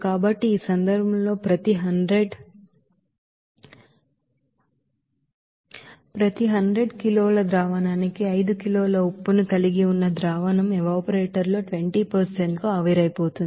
కాబట్టి ఈ సందర్భంలో ప్రతి 100 కిలోల లిక్విడ్ కి 5 కిలోల ఉప్పును కలిగి ఉన్న లిక్విడ్ ఎవాపరేటర్ లో 20 కు ఆవిరైపోతుంది